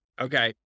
Okay